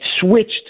switched